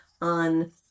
on